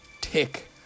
tick